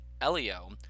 Elio